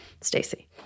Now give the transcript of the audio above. Stacey